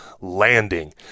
landing